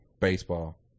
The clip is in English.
baseball